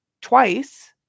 twice